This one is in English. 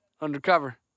Undercover